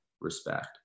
respect